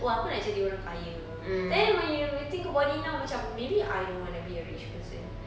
oh aku nak jadi orang kaya then when you rethink about it now macam maybe I don't want to be a rich person